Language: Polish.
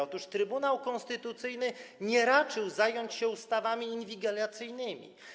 Otóż Trybunał Konstytucyjny nie raczył zająć się ustawami inwigilacyjnymi.